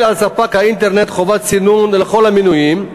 על ספק האינטרנט חובת סינון לכל המנויים,